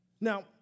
Now